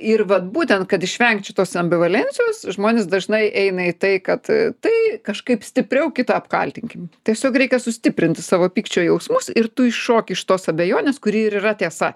ir vat būtent kad išvengt šitos ambivalencijos žmonės dažnai eina į tai kad tai kažkaip stipriau kitą apkaltinkim tiesiog reikia sustiprinti savo pykčio jausmus ir tu iššok iš tos abejonės kuri ir yra tiesa